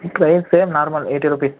price same normal eighty rupees